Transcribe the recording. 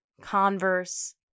Converse